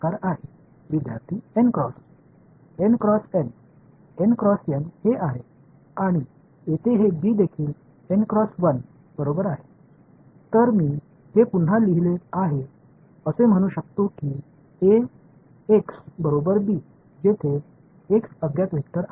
மாணவர்N cross இந்த மற்றும் இங்கே இருக்கும் இந்த b கூட எனவே இதை நான் மீண்டும் எழுதியுள்ளேன் Ax b க்கு சமம் என்று சொல்லலாம் அங்கு x அறியப்படாத வெக்டர் ஆகும்